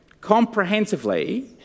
comprehensively